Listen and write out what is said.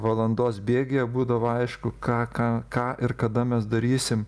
valandos bėgyje būdavo aišku ką ką ką ir kada mes darysim